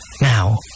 Now